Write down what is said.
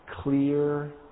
clear